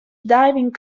diving